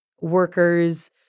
workers